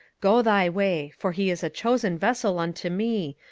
go thy way for he is a chosen vessel unto me,